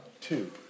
Two